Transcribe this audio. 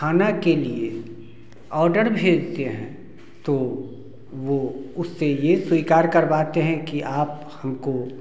खाना के लिए ऑर्डर भेजते हैं तो वो उससे ये स्वीकार करवाते है कि आप हमको